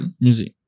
music